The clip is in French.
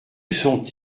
sont